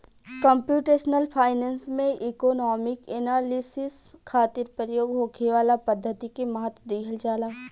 computational finance में economic analysis खातिर प्रयोग होखे वाला पद्धति के महत्व दीहल जाला